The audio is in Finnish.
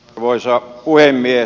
arvoisa puhemies